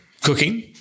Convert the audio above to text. cooking